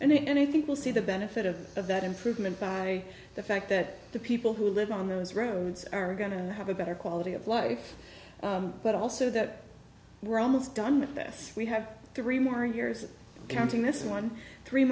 for that and i think we'll see the benefit of that improvement by the fact that the people who live on those routes are going to have a better quality of life but also that we're almost done that we have three more years counting this one three